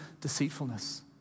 deceitfulness